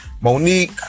Monique